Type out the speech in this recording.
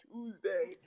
Tuesday